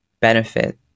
benefit